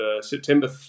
September